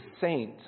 saint